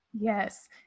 Yes